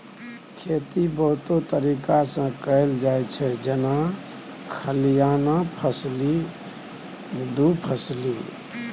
खेती बहुतो तरीका सँ कएल जाइत छै जेना सलियाना फसली, दु फसली